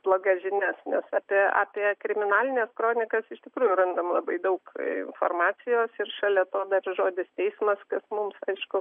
blogas žinias nes apie apie kriminalines kronikas iš tikrųjų randam labai daug informacijos ir šalia to dar ir žodis teismas kas mums aišku